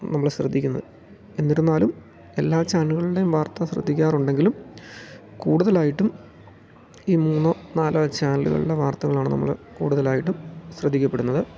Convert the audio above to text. നമ്മൾ ശ്രദ്ധിക്കുന്നത് എന്നിരുന്നാലും എല്ലാ ചാനലുകളുടെയും വാർത്ത ശ്രദ്ധിക്കാറുണ്ടെങ്കിലും കൂടുതലായിട്ടും ഈ മൂന്നോ നാലോ ചാനലുകളുടെ വാർത്തകളാണ് നമ്മൾ കൂടുതലായിട്ടും ശ്രദ്ധിക്കപ്പെടുന്നത്